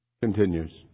continues